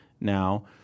now